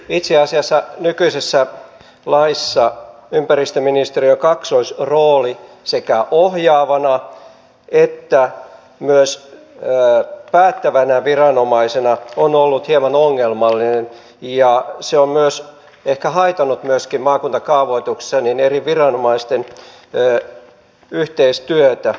itse asiassa nykyisessä laissa ympäristöministeriön kaksoisrooli sekä ohjaavana että myös päättävänä viranomaisena on ollut hieman ongelmallinen ja se on ehkä myös haitannut maakuntakaavoituksen eri viranomaisten yhteistyötä